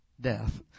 death